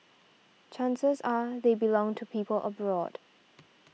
chances are they belong to people abroad